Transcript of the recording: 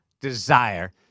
desire